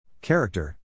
Character